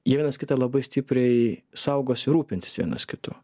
jie vienas kitą labai stipriai saugos ir rūpinsis vienas kitu